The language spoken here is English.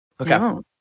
Okay